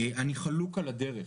אני חלוק על הדרך.